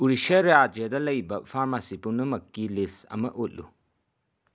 ꯎꯔꯤꯁ꯭ꯌꯥ ꯔꯥꯖ꯭ꯌꯥꯗ ꯂꯩꯕ ꯐꯥꯔꯃꯥꯁꯤ ꯄꯨꯝꯅꯃꯛꯀꯤ ꯂꯤꯁ ꯑꯃ ꯎꯠꯂꯨ